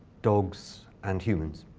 dogs and humans.